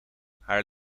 haar